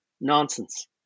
nonsense